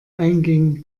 einging